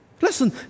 Listen